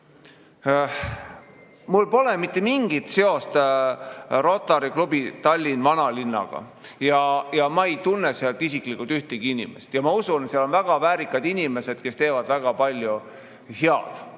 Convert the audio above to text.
Mul pole mitte mingit seost Rotary Klubi Tallinn Vanalinnaga ja ma ei tunne sealt isiklikult ühtegi inimest. Ma usun, et seal on väga väärikad inimesed, kes teevad väga palju head